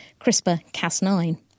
CRISPR-Cas9